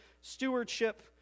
stewardship